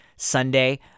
Sunday